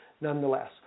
nonetheless